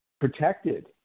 protected